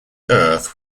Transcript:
earth